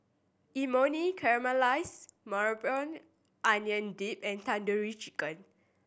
Imoni Caramelized Maui Onion Dip and Tandoori Chicken